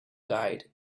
guide